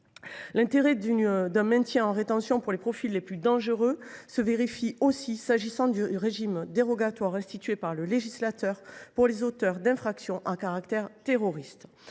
L’intérêt d’un maintien en rétention des profils les plus dangereux se vérifie aussi s’agissant du régime dérogatoire institué par le législateur pour les auteurs d’infractions à caractère terroriste.